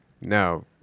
No